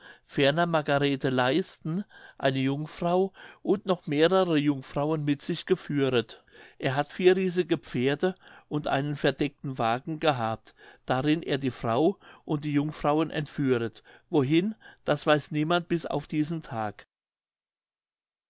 ferner margarethe leisten eine jungfrau und noch mehrere jungfrauen mit sich geführet er hat vier reisige pferde und einen verdeckten wagen gehabt darin er die frau und die jungfrauen entführet wohin das weiß niemand bis auf diesen tag